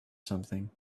something